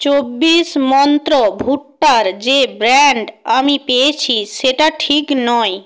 চব্বিশ মন্ত্র ভুট্টার যে ব্র্যান্ড আমি পেয়েছি সেটা ঠিক নয়